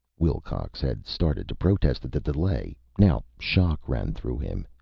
wilcox had started to protest at the delay. now shock ran through him.